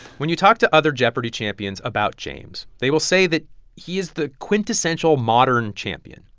when you talk to other jeopardy! champions about james, they will say that he is the quintessential modern champion.